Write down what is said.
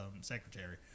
secretary